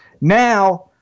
Now